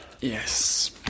Yes